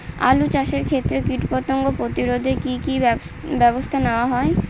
আলু চাষের ক্ষত্রে কীটপতঙ্গ প্রতিরোধে কি কী ব্যবস্থা নেওয়া হয়?